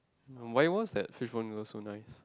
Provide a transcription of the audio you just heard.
why was that free flow noodles so nice